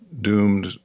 doomed